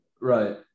Right